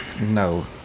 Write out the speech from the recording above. No